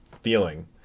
feeling